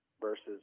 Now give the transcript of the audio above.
versus